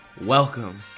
Welcome